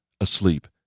asleep